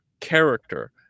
character